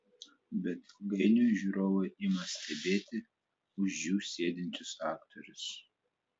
bet ilgainiui žiūrovai ima stebėti už jų sėdinčius aktorius